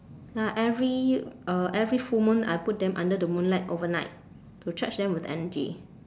ah every uh every full moon I put them under the moonlight overnight to charge them with energy